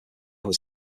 was